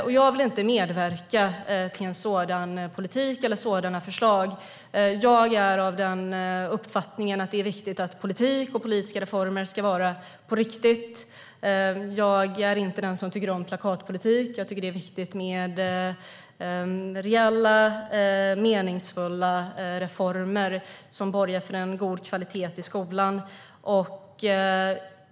En sådan politik eller sådana förslag vill jag inte medverka till. Jag är av den uppfattningen att det är viktigt att politik och politiska reformer ska vara på riktigt. Jag är inte den som tycker om plakatpolitik utan tycker att det är viktigt med reella och meningsfulla reformer som borgar för en god kvalitet i skolan.